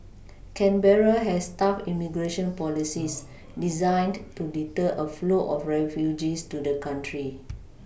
Canberra has tough immigration policies designed to deter a flow of refugees to the country